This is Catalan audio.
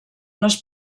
les